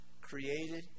created